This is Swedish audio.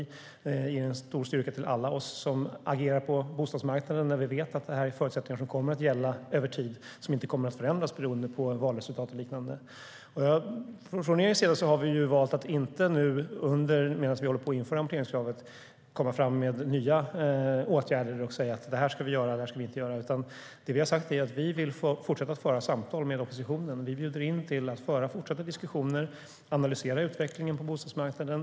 Det ger en stor styrka till alla oss som agerar på bostadsmarknaden när vi vet att det är förutsättningar som kommer att gälla över tid och som inte kommer att förändras beroende på valresultat och liknande. Från regeringens sida har vi valt att inte nu, medan vi håller på att införa amorteringskravet, komma fram med nya åtgärder och säga: Det här ska vi göra, och det här ska vi inte göra. Det vi har sagt är att vi vill fortsätta att föra samtal med oppositionen. Vi bjuder in till fortsatta diskussioner och till att analysera utvecklingen på bostadsmarknaden.